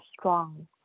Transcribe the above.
strong